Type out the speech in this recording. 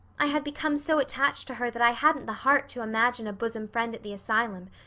i had become so attached to her that i hadn't the heart to imagine a bosom friend at the asylum,